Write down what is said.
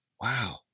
Wow